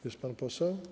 Jest pan poseł?